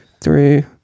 three